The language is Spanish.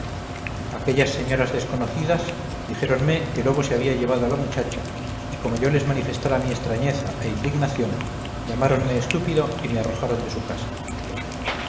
aquellas señoras desconocidas dijéronme que lobo se había llevado a la muchacha y como yo les manifestara mi extrañeza e indignación llamáronme estúpido y me arrojaron de su casa